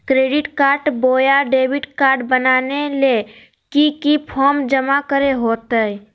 Credit card बोया debit card बनाने ले की की फॉर्म जमा करे होते?